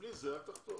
בלי זה אל תחתום.